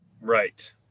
right